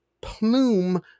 plume